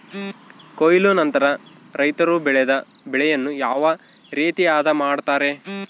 ಕೊಯ್ಲು ನಂತರ ರೈತರು ಬೆಳೆದ ಬೆಳೆಯನ್ನು ಯಾವ ರೇತಿ ಆದ ಮಾಡ್ತಾರೆ?